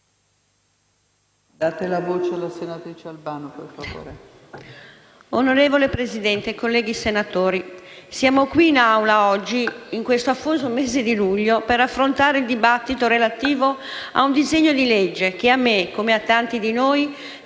Signora Presidente, colleghi senatori, siamo qui in Aula oggi, in questo afoso mese di luglio, per affrontare la discussione relativa a un disegno di legge che a me, come a tanti di noi, sta